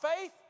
faith